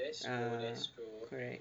ah correct